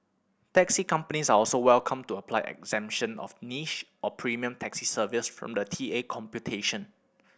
taxi companies are also welcome to apply exemption of niche or premium taxi services from the T A computation